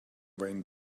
vain